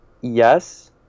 yes